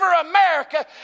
America